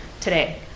today